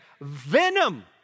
venom